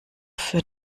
für